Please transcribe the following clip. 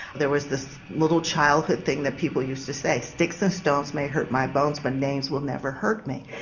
there was this little childhood thing that people used to say, sticks and stones may hurt my bones but names will never hurt me.